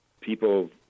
people